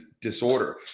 disorder